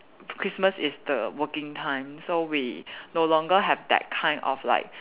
Christmas is the working time so we no longer have that kind of like